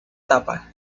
tapa